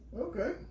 Okay